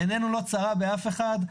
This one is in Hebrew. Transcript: עינינו לא צרה עם אף אחד.